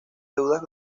deudas